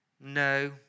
No